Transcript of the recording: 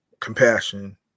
compassion